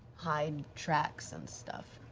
hide tracks and stuff.